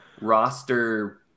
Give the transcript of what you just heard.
roster